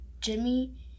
Jimmy